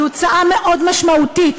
זו הוצאה מאוד משמעותית.